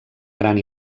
gran